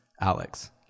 Alex